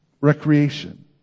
recreation